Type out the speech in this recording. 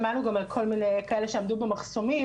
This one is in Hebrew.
שמענו גם על כל מיני כאלה שעמדו במחסומים